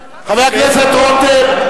חבר הכנסת רותם.